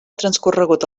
transcorregut